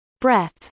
breath